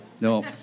No